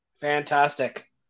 fantastic